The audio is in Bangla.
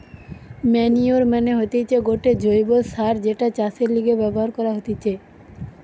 ম্যানইউর মানে হতিছে গটে জৈব্য সার যেটা চাষের লিগে ব্যবহার করা হতিছে